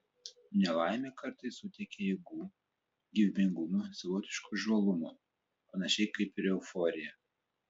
nelaimė kartais suteikia jėgų gyvybingumo savotiško žvalumo panašiai kaip ir euforija